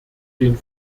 den